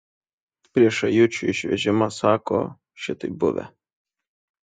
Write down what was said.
prieš ajučių išvežimą sako šitaip buvę